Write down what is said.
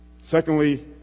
Secondly